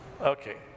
okay